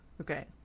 Okay